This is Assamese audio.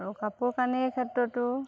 আৰু কাপোৰ কানিৰ ক্ষেত্ৰতো